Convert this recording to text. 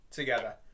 together